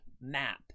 map